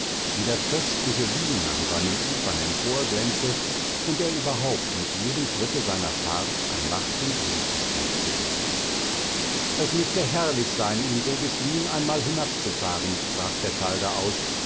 wie das köstliche wien an seinen ufern emporglänze und er überhaupt mit jedem schritte seiner fahrt an macht und lieblichkeit gewinne es müßte herrlich sein ihn so bis wien einmal hinabzufahren brach bertalda aus